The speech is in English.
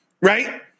Right